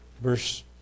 Verse